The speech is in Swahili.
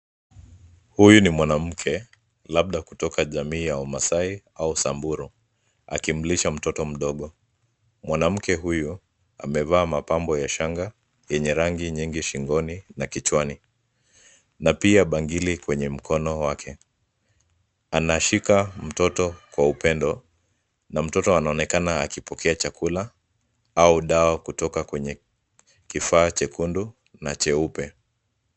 Huyu ni mwanamke, labda kutoka jamii ya wamaasai au Samburu akimlisha mtoto mdogo. Mwanamke huyu amevaa mapambo ya shanga yenye rangi nyingi shingoni na kichwani, na pia bangili kwenye mkono wake. Anashika mtoto kwa upendo na mtoto anaonekana akipokea chakula au dawa kutoka kwenye kifaa chekundu na cheupe.